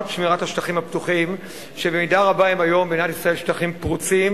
שמירת השטחים הפתוחים שבמידה רבה הם היום במדינת ישראל שטחים פרוצים,